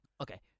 Okay